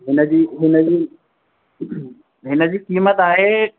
हिन जी हिन जी हिन जी क़ीमत आहे